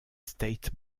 state